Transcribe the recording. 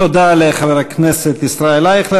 תודה לחבר הכנסת ישראל אייכלר.